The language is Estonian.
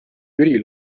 jüri